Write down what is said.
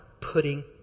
putting